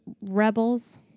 Rebels